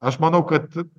aš manau kad